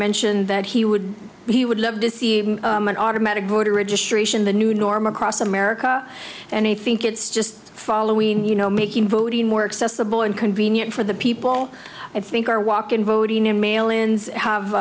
mentioned that he would he would love to see an automatic voter registration the new norm across america and i think it's just following you know making voting more accessible and convenient for the people i think are walk in voting in malians have